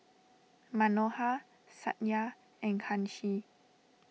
Manohar Satya and Kanshi